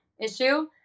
issue